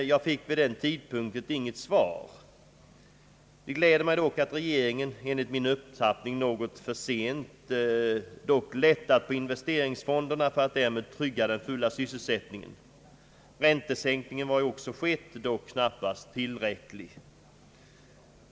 Jag fick vid den tidpunkten inget svar. Det gläder mig att Ang. den ekonomiska politiken, m.m. regeringen, enligt min uppfattning något för sent, dock lättat på investeringsfonderna för att därmed trygga den fulla sysselsättningen. Räntesänkning har också skett, dock knappast tillräckligt.